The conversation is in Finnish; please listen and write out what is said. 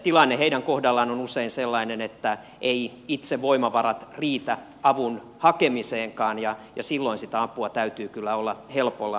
tilanne heidän kohdallaan on usein sellainen etteivät omat voimavarat riitä avun hakemiseenkaan ja silloin sitä apua täytyy kyllä olla helpolla saatavissa